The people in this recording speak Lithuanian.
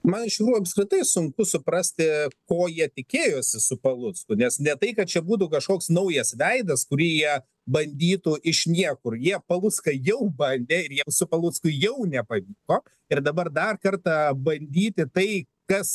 man šiuo apskritai sunku suprasti ko jie tikėjosi su palucku nes ne tai kad čia būtų kažkoks naujas veidas kurį jie bandytų iš niekur jie palucką jau bandė ir jiems su palucku jau nepavyko ir dabar dar kartą bandyti tai kas